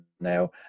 now